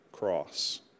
cross